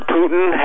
Putin